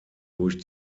durch